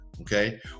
okay